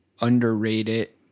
underrated